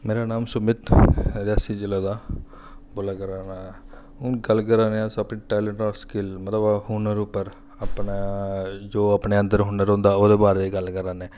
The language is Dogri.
मेरा नांऽ सुमित रियासी जि'ला दा बोल्लै करै ना हून गल्ल करै ने अस अपने टैलेंट और स्किल्ल मतलब हुनर उप्पर अपने जो अपने अंदर हुनर होंदा ओह्दे बारे च गल्ल करै ने